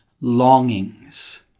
longings